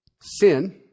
sin